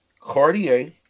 Cartier